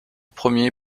premier